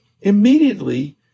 immediately